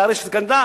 זה הרי סקנדל.